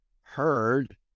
heard